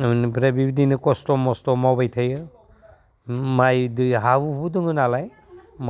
बेनिफ्राय बेबायदिनो खस्थ' मस्थ' मावबाय थायो माइ दै हा हुबो दङ नालाय